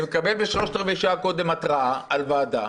אני מקבל שלושת-רבעי שעה קודם התרעה על ועדה,